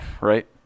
right